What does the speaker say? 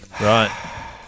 Right